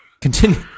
Continue